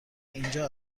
اینجا